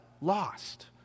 lost